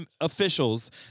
officials